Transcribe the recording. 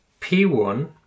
P1